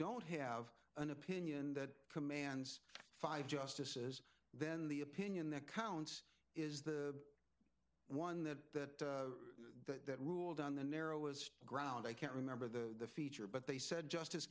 don't have an opinion that commands five justices then the opinion that counts is the one that that ruled on the narrowest ground i can't remember the feature but they said justice